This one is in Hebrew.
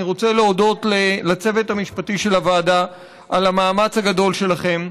אני רוצה להודות לצוות המשפטי של הוועדה על המאמץ הגדול שלכם.